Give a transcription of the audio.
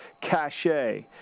cachet